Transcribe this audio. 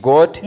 God